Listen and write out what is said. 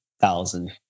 thousand